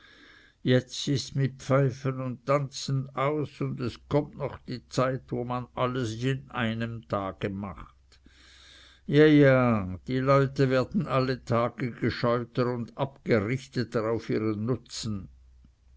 jetzt ists mit pfeifen und tanzen aus und es kommt noch die zeit wo man in einem tage alles macht ja ja die leute werden alle tage gescheuter und abgerichteter auf ihren nutzen